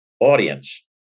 audience